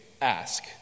ask